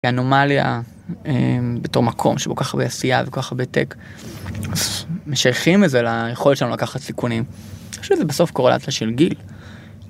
אנומליה בתור מקום שבו כל כך הרבה עשייה וכל כך הרבה טק, משייכים את זה ליכולת שלנו לקחת סיכונים פשוט זה בסוף קורלציה של גיל